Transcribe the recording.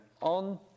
on